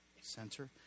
center